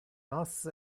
nos